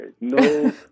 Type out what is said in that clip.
No